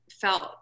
felt